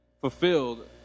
fulfilled